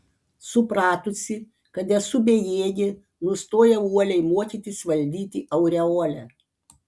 supratusi kad esu bejėgė nustojau uoliai mokytis valdyti aureolę